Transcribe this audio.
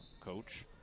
Coach